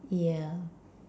yeah